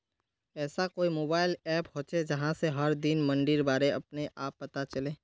ऐसा कोई mobile app होचे जहा से हर दिन मंडीर बारे अपने आप पता चले?